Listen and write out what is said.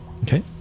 Okay